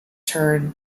turn